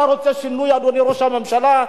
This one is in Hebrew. אתה רוצה שינוי, אדוני ראש הממשלה?